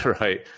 right